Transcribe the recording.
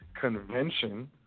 convention